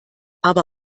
aber